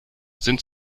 sind